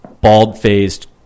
bald-faced